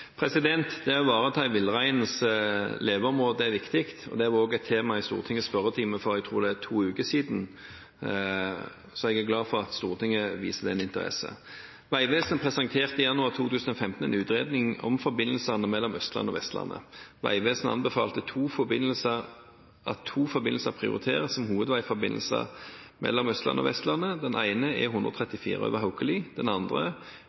å ivareta villreinens leveområde er viktig, og det var også et tema i Stortingets spørretime for to uker siden, tror jeg det var. Så jeg er glad for at Stortinget viser denne interessen. Vegvesenet presenterte i januar 2015 en utredning om forbindelsene mellom Østlandet og Vestlandet. Vegvesenet anbefalte at to forbindelser prioriteres som hovedveiforbindelser mellom Østlandet og Vestlandet. Den ene er E134 over Haukeli, den andre